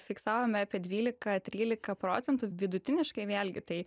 fiksavome apie dvylika trylika procentų vidutiniškai vėlgi tai